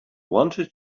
wanted